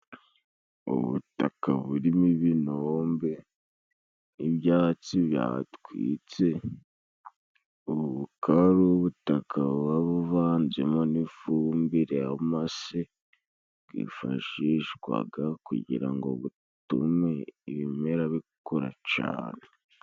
Ubutaka burimo ibinombe n'ibyatsi byatwitse, ubu bukaba ari ubutaka buvanzemo n'ifumbire y'amase bwifashishwaga kugira ngo butume ibimera bikora cane.